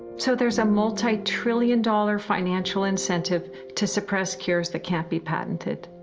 so there's a multi-trillion dollar financial incentive to suppress cures that can't be patented.